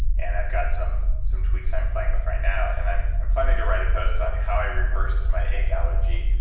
and i've got some some tweaks i'm playing with right now, and i'm i'm planning to write a post on yeah how i reversed my egg allergy,